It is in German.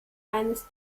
eines